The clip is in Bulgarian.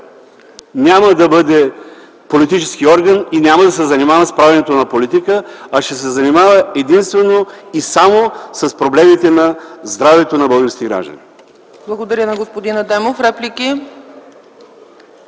няма да бъде политически орган и няма да се занимава с правенето на политика, а ще се занимава единствено и само с проблемите на здравето на българските граждани. ПРЕДСЕДАТЕЛ ЦЕЦКА ЦАЧЕВА: Благодаря на господин Адемов. Реплики?